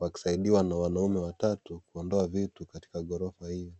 wakisaidiwa na wanaume watatu, kuondoa vitu katika ghorofa hiyo.